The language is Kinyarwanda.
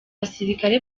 basirikare